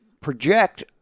project